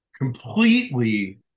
completely